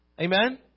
amen